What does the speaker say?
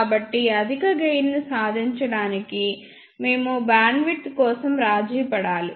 కాబట్టి అధిక గెయిన్ ను సాధించడానికి మేము బ్యాండ్విడ్త్ కోసం రాజీపడాలి